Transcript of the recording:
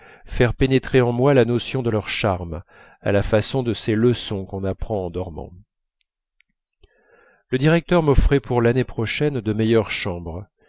faire pénétrer en moi la notion de leur charme à la façon de ces leçons qu'on apprend en dormant le directeur m'offrait pour l'année prochaine de meilleures chambres